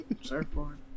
Surfboard